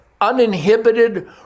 uninhibited